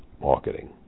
marketing